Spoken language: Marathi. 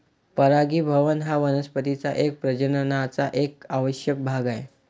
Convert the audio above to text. परागीभवन हा वनस्पतीं च्या प्रजननाचा एक आवश्यक भाग आहे